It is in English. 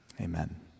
Amen